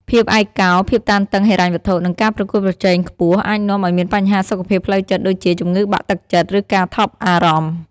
ភាពឯកកោ ភាពតានតឹងហិរញ្ញវត្ថុ និងការប្រកួតប្រជែងខ្ពស់ អាចនាំឱ្យមានបញ្ហាសុខភាពផ្លូវចិត្តដូចជា ជំងឺបាក់ទឹកចិត្ត ឬការថប់អារម្មណ៍។